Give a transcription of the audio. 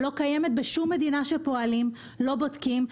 בשום מדינה אחרת שפועלים בה לא בודקים,